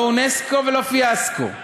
לא אונסק"ו ולא פיאסקו,